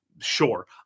Sure